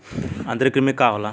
आंतरिक कृमि का होला?